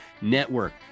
Network